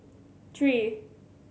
three